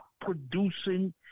producing